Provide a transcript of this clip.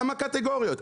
כמה קטגוריות?